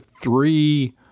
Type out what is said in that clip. three